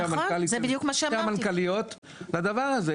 שתי המנכ"ליות לדבר הזה.